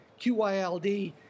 QYLD